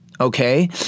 okay